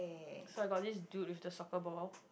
so I got this do this the soccer ball